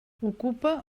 ocupa